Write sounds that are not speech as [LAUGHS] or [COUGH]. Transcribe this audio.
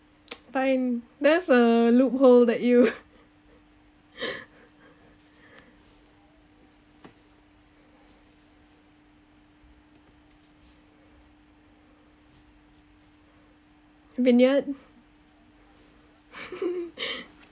[NOISE] fine there's a loophole that you [LAUGHS] vineyard [LAUGHS]